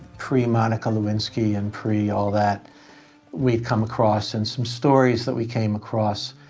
pre-monica lewinsky and pre all that we've come across and some stories that we came across